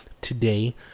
today